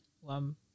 one